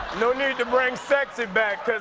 no need to bring sexy back, because